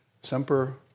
Semper